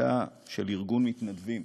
הייתה של ארגון מתנדבים,